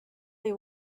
they